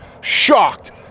shocked